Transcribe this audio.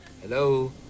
Hello